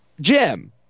Jim